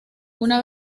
una